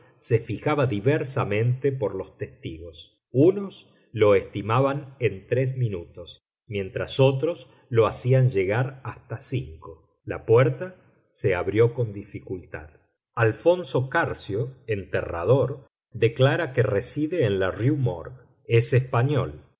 se fijaba diversamente por los testigos unos lo estimaban en tres minutos mientras otros lo hacían llegar hasta cinco la puerta se abrió con dificultad alfonso carcio enterrador declara que reside en la rue morgue es español